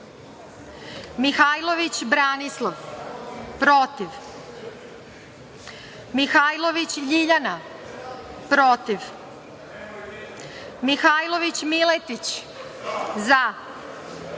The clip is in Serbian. zaMihajlović Branislav – protivMihajlović Ljiljana – protivMihajlović Miletić –